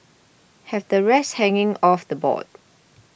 have the rest hanging off the board